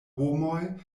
homoj